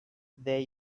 there